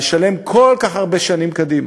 לשלם כל כך הרבה שנים קדימה.